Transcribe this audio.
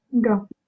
go